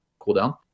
cooldown